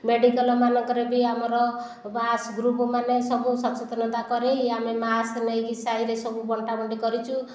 ମେଡ଼ିକାଲମାନଙ୍କରେ ବି ଆମର ମାସ୍କ ଗୃପମାନେ ସବୁ ସଚେତନତା କରାଇ ଆମେ ମାସ୍କ ନେଇକି ସାହିରେ ସବୁ ବଣ୍ଟା ବଣ୍ଟି କରିଛୁ